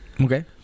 Okay